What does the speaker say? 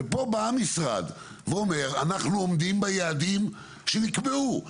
ופה בא משרד ואומר, אנחנו עומדים ביעדים שנקבעו,